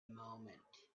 moment